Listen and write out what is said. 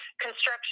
construction